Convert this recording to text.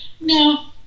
no